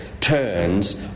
turns